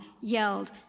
yelled